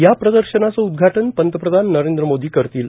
या प्रदर्शनाचं उद्घाटन पंतप्रधान नरेंद्र मोदी करतील